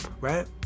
right